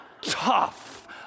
tough